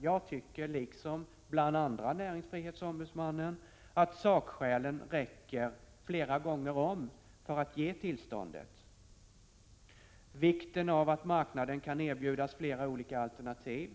Jag tycker, liksom bl.a. näringsfrihetsombudsmannen, att sakskälen räcker flera gånger om för att ge tillståndet: e Vikten av att marknaden kan erbjudas flera olika alternativ, Prot.